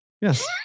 Yes